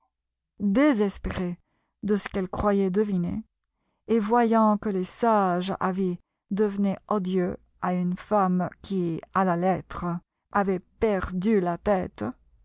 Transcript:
désespérée de ce qu'elle croyait deviner et voyant que les sages avis devenaient odieux à une femme qui à la lettre avait perdu la tête